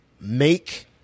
make